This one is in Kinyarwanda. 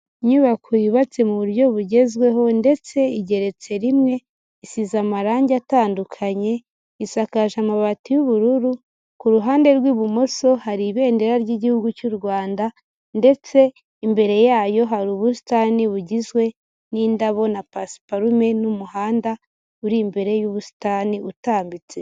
Inyubako yubatse mu buryo bugezweho ndetse igeretse rimwe, isize amarangi atandukanye, isakaje amabati y'ubururu, ku ruhande rw'ibumoso hari ibendera ry'igihugu cy'u Rwanda ndetse imbere yayo hari ubusitani bugizwe n'indabo na pasiparume n'umuhanda uri imbere y'ubusitani utambitse.